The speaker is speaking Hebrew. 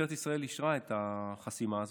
משטרת ישראל אישרה את החסימה הזאת,